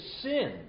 sin